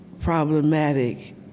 problematic